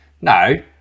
No